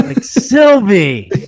Sylvie